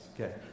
Okay